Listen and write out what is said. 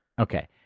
Okay